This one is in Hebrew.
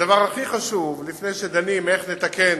הדבר הכי חשוב, לפני שדנים איך לתקן